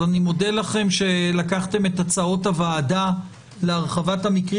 אז אני מודה לכם שלקחתם את הצעות הוועדה להרחבת המקרים